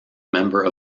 member